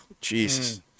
Jesus